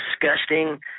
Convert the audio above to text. disgusting